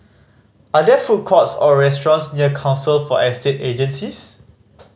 are there food courts or restaurants near Council for Estate Agencies